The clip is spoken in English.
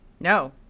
No